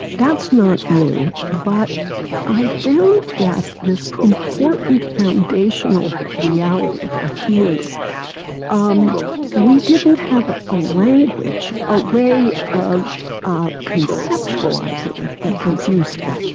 that's not new. but i found that this important, foundational reality of our feelings um we didn't have a language, a way of of conceptualizing it that was useful.